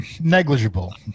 Negligible